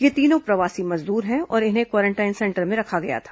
ये तीनों प्रवासी मजदूर हैं और इन्हें क्वारेंटाइन सेंटर में रखा गया था